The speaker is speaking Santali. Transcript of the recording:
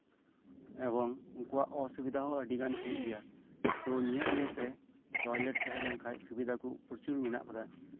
ᱮᱵᱚᱝ ᱩᱱᱠᱩᱣᱟᱜ ᱚᱥᱩᱵᱤᱫᱷᱟᱦᱚᱸ ᱟᱹᱰᱤᱜᱟᱱ ᱦᱩᱭᱩᱜ ᱜᱮᱭᱟ ᱛᱳ ᱱᱤᱭᱟᱹ ᱤᱭᱟᱹᱛᱮ ᱴᱚᱭᱞᱮᱴ ᱛᱟᱸᱦᱮ ᱞᱮᱱᱠᱷᱟᱱ ᱥᱩᱵᱤᱫᱷᱟ ᱠᱚ ᱯᱨᱚᱪᱩᱨ ᱢᱮᱱᱟᱜ ᱠᱟᱫᱟ